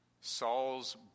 Saul's